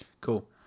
Cool